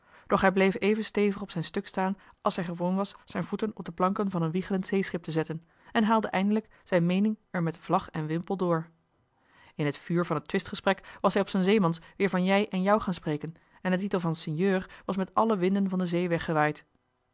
doch hij bleef even stevig op zijn stuk staan als hij gewoon was zijn voeten op de planken van een wiegelend zeeschip te zetten en haalde eindelijk zijn meening er met vlag en wimpel door in het vuur van het twistgesprek was hij op z'n zeemans weer joh h been paddeltje de scheepsjongen van michiel de ruijter van jij en jou gaan spreken en de titel van sinjeur was met alle winden van de zee weggewaaid